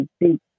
deep